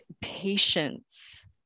Patience